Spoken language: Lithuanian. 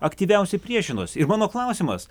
aktyviausiai priešinos ir mano klausimas